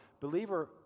believer